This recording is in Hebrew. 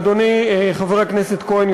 אדוני חבר הכנסת כהן,